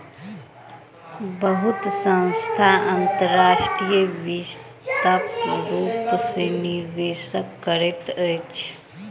बहुत संस्थान अंतर्राष्ट्रीय वित्तक रूप में निवेश करैत अछि